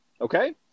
okay